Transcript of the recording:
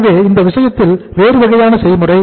எனவே இந்த விஷயத்தில் வேறு வகையான செய்முறை